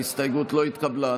ההסתייגות לא התקבלה.